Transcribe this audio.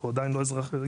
או עדיין לא אזרחים,